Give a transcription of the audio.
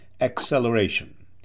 acceleration